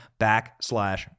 backslash